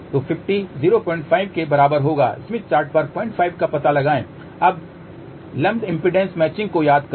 तो 50 05 के बराबर होगा स्मिथ चार्ट पर 05 का पता लगाएं अब लूम्पड इम्पीडेन्स मैचिंग को याद करें